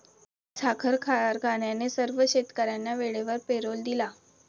साखर कारखान्याने सर्व शेतकर्यांना वेळेवर पेरोल दिला